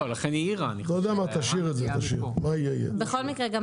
בכל מקרה מה